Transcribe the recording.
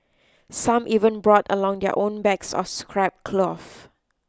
some even brought along their own bags of scrap cloth